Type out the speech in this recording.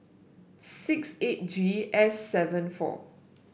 six eight G S seven four